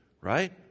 right